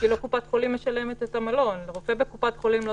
לא קופת חולים משלמת את המלון ולכן לרופא קופת חולים לא